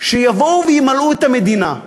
שיבואו וימלאו את המדינה,